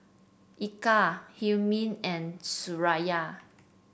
Eka Hilmi and Suraya